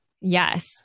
Yes